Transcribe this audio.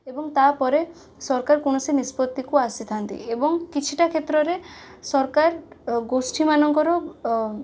ଏବଂ ତାପରେ ସରକାର କୌଣସି ନିଷ୍ପତ୍ତିକୁ ଆସିଥାନ୍ତି ଏବଂ କିଛିଟା କ୍ଷେତ୍ରରେ ସରକାର ଗୋଷ୍ଠୀମାନଙ୍କର ଅ